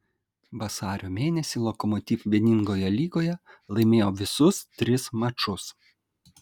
vasario mėnesį lokomotiv vieningoje lygoje laimėjo visus tris mačus